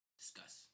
discuss